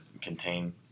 contain